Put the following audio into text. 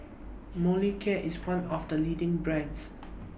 Molicare IS one of The leading brands